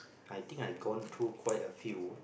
I think I gone through quite a few